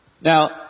Now